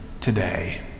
today